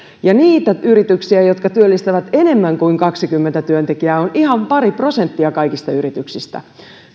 ja niitä yrityksiä jotka työllistävät enemmän kuin kaksikymmentä työntekijää on ihan pari prosenttia kaikista yrityksistä